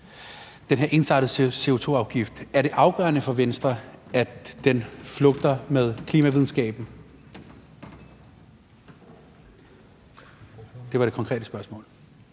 den her ensartede CO2-afgift? Er det afgørende for Venstre, at den flugter med klimavidenskaben? Det var det konkrete spørgsmål.